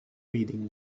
reading